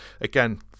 again